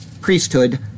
priesthood